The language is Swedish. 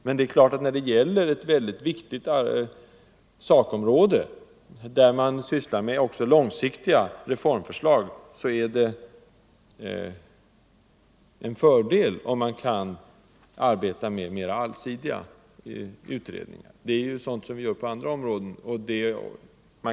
Men när det gäller ett mycket viktigt sakområde, där man också sysslar med långsiktiga reformförslag, är det självfallet en fördel om man kan arbeta med mera allsidiga utredningar. Det görs på andra områden.